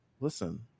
Listen